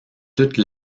toute